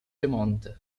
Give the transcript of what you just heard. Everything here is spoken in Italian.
piemonte